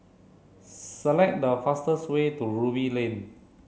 select the fastest way to Ruby Lane